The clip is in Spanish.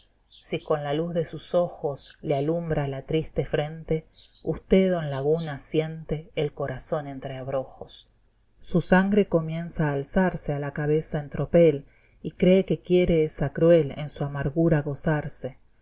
si con la luz de sus ojos le alumbra la triste frente usté don laguna siente el corazón entre abrojos su sangre comienza a alzarse a la cabeza en tropel y cree que quiere esa cruel en su amargura gozarse